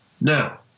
now